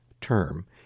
term